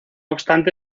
obstante